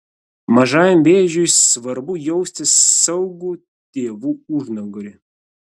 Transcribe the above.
mažajam vėžiui svarbu jausti saugų tėvų užnugarį